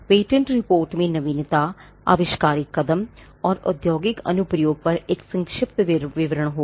patent report में नवीनता आविष्कारक कदम और औद्योगिक अनुप्रयोग पर एक संक्षिप्त विवरण होगा